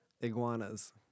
Iguanas